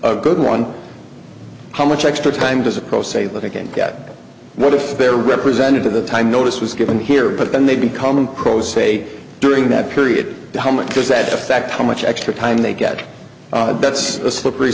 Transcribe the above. a good one how much extra time does a coach say that i can get what if their representative the time notice was given here but then they become close say during that period how much does that affect how much extra time they get that's a slippery